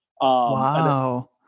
Wow